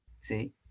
See